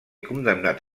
condemnat